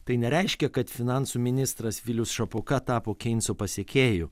tai nereiškia kad finansų ministras vilius šapoka tapo keinsų pasekėju